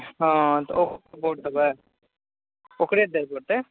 हँ तऽ ओकरा वोट देबय ओकरे दियऽ पड़तय